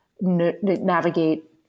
navigate